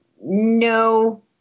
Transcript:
No